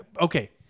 Okay